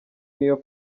niyo